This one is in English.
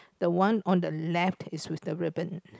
the one on the left is with the ribbon